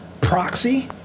Proxy